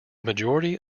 majority